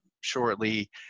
shortly